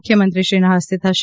મુખ્યમંત્રીશ્રીના હસ્તે થશે